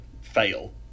fail